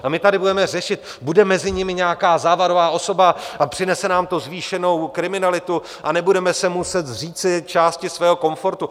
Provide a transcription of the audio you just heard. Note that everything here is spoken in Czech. A my tady budeme řešit bude mezi nimi nějaká závadová osoba a přinese nám to zvýšenou kriminalitu a nebudeme se muset zříci části svého komfortu?